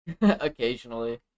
occasionally